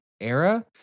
Era